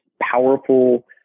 powerful